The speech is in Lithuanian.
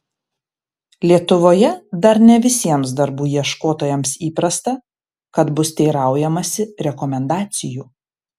lietuvoje dar ne visiems darbų ieškotojams įprasta kad bus teiraujamasi rekomendacijų